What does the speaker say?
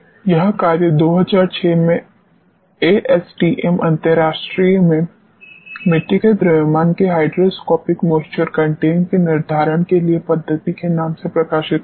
यह कार्य 2006 में एएसटीएम अंतरराष्ट्रीय में " मिट्टी के द्रव्यमान के हाइड्रोस्कोपिक मॉइस्चर कंटेंट के निर्धारण के लिए पद्धति" के नाम से प्रकाशित हुआ था